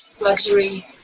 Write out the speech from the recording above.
luxury